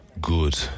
good